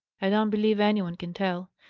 i don't believe any one can tell.